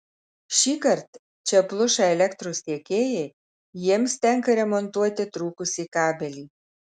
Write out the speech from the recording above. šįkart čia pluša elektros tiekėjai jiems tenka remontuoti trūkusį kabelį